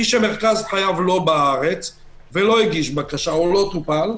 מי שמרכז חייו לא בארץ ולא הגיש בקשה או לא טופל,